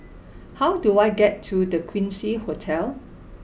how do I get to The Quincy Hotel